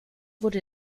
wurde